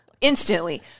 Instantly